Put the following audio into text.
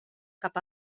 cap